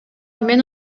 мен